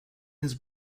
his